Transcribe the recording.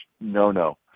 no-no